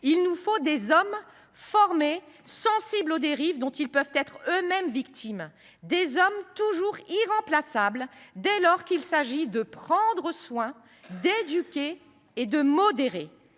il nous faut des hommes formés, sensibles aux dérives dont ils peuvent être eux mêmes victimes, des hommes toujours irremplaçables dès lors qu’il s’agit de « prendre soin », d’« éduquer » et de « modérer